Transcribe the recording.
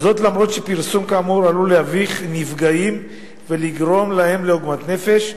למרות שפרסום כאמור עלול להביך נפגעים ולגרום להם עוגמת נפש,